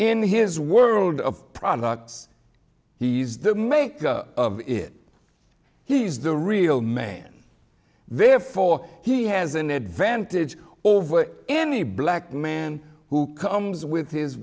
in his world of products he's the make of it he's the real man therefore he has an advantage over any black man who comes with his